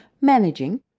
managing